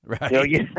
right